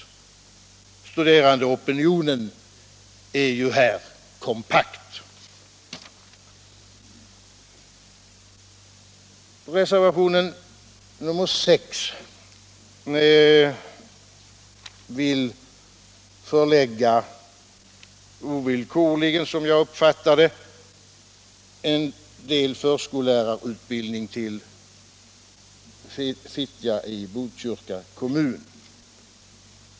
Studerandeopinionen är ju här kompakt. Reservationen 6 vill, som jag uppfattar det, förlägga en del förskollärarutbildning till Fittja i Botkyrka kommun.